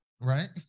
right